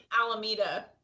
Alameda